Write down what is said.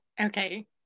Okay